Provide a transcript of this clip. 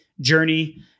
journey